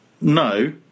no